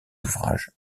ouvrages